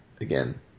again